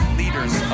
leaders